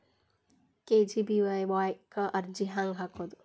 KGBVY ಕ್ಕ ಅರ್ಜಿ ಹೆಂಗ್ ಹಾಕೋದು?